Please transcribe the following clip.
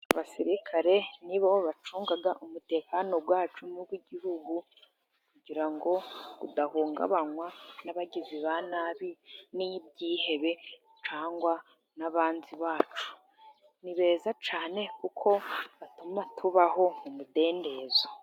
Abasirikare ni bo bacunga umutekano wacu n'ubw'igihugu, kugira ngo udahungabanywa n'abagizi ba nabi n'ibyihebe cyangwa n'abanzi bacu, ni beza cyane kuko batuma tubaho mu mudendezo.